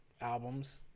albums